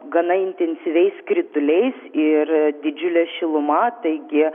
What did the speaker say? gana intensyviais krituliais ir didžiule šiluma taigi